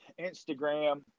Instagram